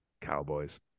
Cowboys